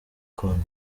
konti